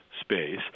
space